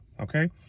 Okay